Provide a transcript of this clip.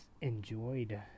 enjoyed